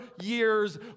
years